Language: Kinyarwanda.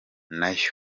nayo